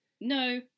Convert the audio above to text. No